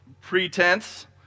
pretense